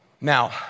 Now